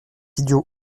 idiot